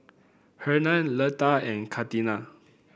Hernan Leta and Katina